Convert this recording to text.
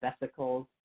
vesicles